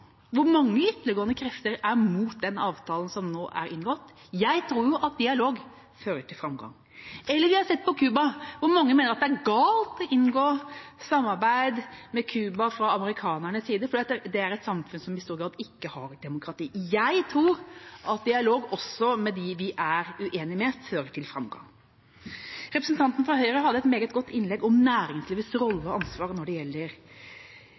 hvor mange ytterliggående krefter er mot den avtalen som nå er inngått – jeg tror jo at dialog fører til framgang – eller om situasjonen på Cuba, hvor mange mener at det er galt å inngå samarbeid med Cuba fra amerikanernes side, fordi det er et samfunn som i stor grad ikke har demokrati. Jeg tror at dialog også med dem vi er uenig med, fører til framgang. Representanten fra Høyre hadde et meget godt innlegg om næringslivets rolle og ansvar når det gjelder